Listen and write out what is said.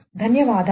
ధన్యవాదాలు